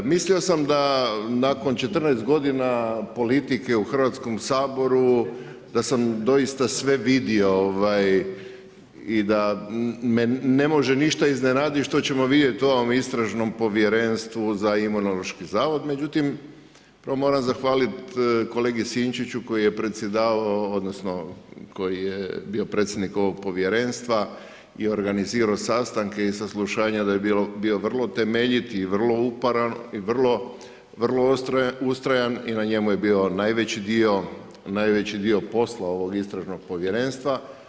Mislio sam da nakon 14 g. politike u Hrvatskom saboru, da sam doista sve vidio i da me ne može ništa iznenaditi što ćemo vidjeti u ovom Istražnom povjerenstvu za Imunološki zavod, međutim, prvo moram zahvaliti kolegi Sinčiću koji je predsjedavao, odnosno koji je bio predsjednik ovog povjerenstva i organizirao sastanke i saslušanja da je bio vrlo temeljit i vrlo uparan i vrlo ustrajan i na njemu je bio najveći dio posla ovog istražnog povjerenstva.